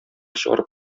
чыгарып